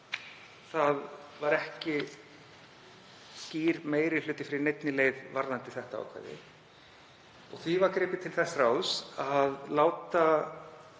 sú að ekki var skýr meiri hluti fyrir neinni leið varðandi þetta ákvæði og því var gripið til þess ráðs að láta